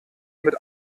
mit